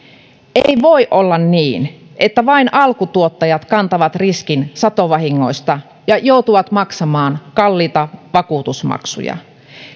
ei voi olla niin että vain alkutuottajat kantavat riskin satovahingoista ja joutuvat maksamaan kalliita vakuutusmaksuja